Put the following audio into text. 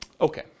Okay